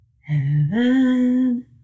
Heaven